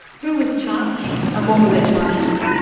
who was charged, and what were they charged with?